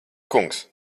kungs